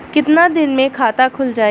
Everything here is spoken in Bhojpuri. कितना दिन मे खाता खुल जाई?